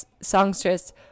songstress